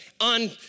on